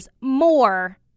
more